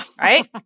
right